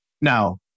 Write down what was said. Now